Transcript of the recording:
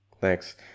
Thanks